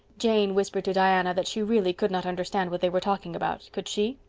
jane whispered to diana that she really could not understand what they were talking about. could she?